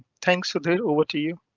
thanks for that. over to you.